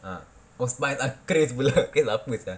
ah oh Spize uh grace pula grace apa sia